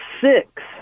six